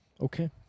Okay